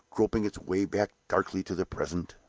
groping its way back darkly to the present.